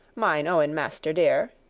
mine owen master dear.